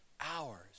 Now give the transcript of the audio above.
hours